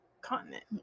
continent